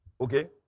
okay